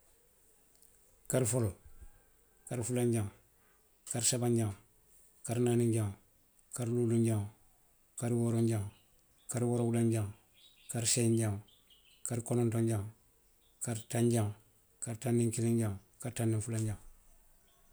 Kari foloo, kari fulanjaŋo, kari sabanjaŋo. kari naaninjaŋo, kari luulunjaŋo, kari wooronjaŋo, kari woorowulanjaŋo, kari seyinjaŋo, kari konontonjaŋo, kari tanjaŋo, kari taŋ niŋ kilinjaŋo, kari taŋ niŋ fulanjaŋo.